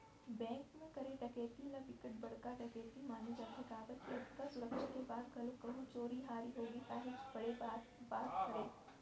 bank म करे डकैती ल बिकट बड़का डकैती माने जाथे काबर के अतका सुरक्छा के बाद घलोक कहूं चोरी हारी होगे काहेच बड़े बात बात हरय